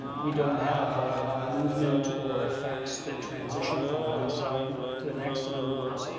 we don't have movement or effects that transition from one sign to the next. in other words,